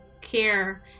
care